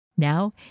Now